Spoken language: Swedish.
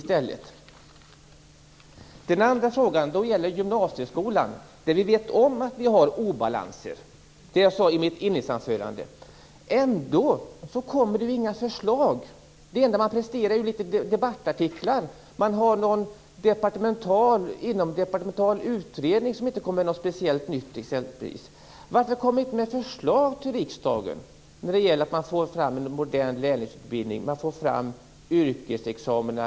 Min andra fråga gäller gymnasieskolan. Vi vet ju att det finns obalanser där. Ändå kommer det inga förslag. Vad man presterar är bara t.ex. några debattartiklar och en inomdepartemental utredning som inte kommer med något som är speciellt nytt. Varför kommer ni inte med förslag till riksdagen som handlar t.ex. om att få fram en modern lärlingsutbildning och om yrkesexamina?